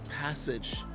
passage